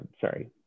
sorry